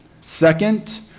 second